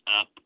up